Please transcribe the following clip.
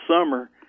summer